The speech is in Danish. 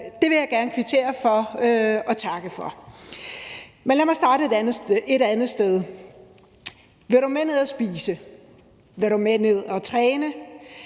det vil jeg gerne kvittere for og takke for. Men lad mig starte et andet sted. Vil du med ned at spise? Vil du med ned at træne?